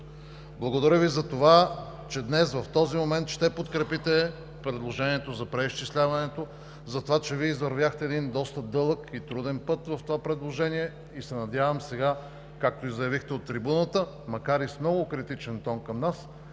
Благодаря Ви за това, че днес в този момент ще подкрепите предложението за преизчисляването, за това, че Вие извървяхте един доста дълъг и труден път в това предложение, и се надявам сега, както и заявихте от трибуната, макар и с много критичен тон към нас,